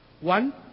one